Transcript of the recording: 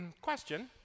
question